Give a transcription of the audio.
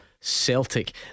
Celtic